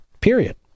Period